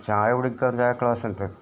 ചായ കുടിക്കാൻ ചായക്ക്ലാസ്ണ്ട്